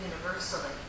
universally